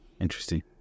Interesting